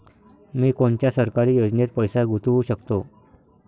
मी कोनच्या सरकारी योजनेत पैसा गुतवू शकतो?